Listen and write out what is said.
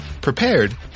prepared